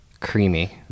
creamy